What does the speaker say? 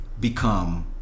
become